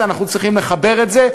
אנחנו צריכים לחבר את זה,